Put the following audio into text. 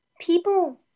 people